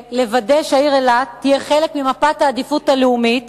לוודא שהעיר אילת תהיה חלק ממפת העדיפות הלאומית